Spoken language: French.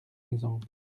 exemple